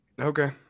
Okay